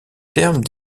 terme